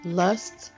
lust